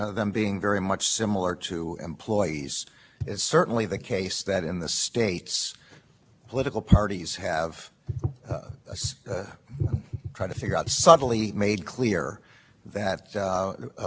inappropriate so we have to look for something close because we're not likely to find as the screen court said the exact corrupt bargain and isn't that very similar being from the great state of illinois